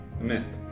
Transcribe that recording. missed